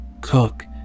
Cook